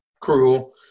cruel